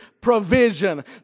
provision